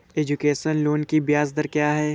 Education loan की ब्याज दर क्या है?